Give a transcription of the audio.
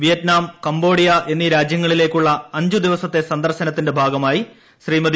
Vietnam Cambodia എന്നീ രാജ്യങ്ങളിലേയ്ക്കുള്ള അഞ്ച് ദിവസത്തെ സന്ദർശനത്തിന്റെ ഭാഗ്യമാട്ട്രി ശ്രീമതി